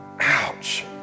Ouch